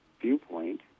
viewpoint